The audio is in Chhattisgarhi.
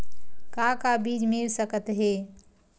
का का बीज मिल सकत हे?